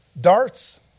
darts